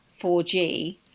4G